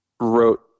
wrote